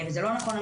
וזה לא נכון.